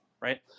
right